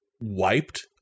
wiped